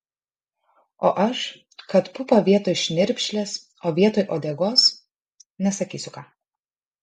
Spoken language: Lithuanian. o aš kad pupą vietoj šnirpšlės o vietoj uodegos nesakysiu ką